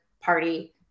party